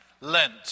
Lent